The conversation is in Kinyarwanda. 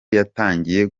yatangiye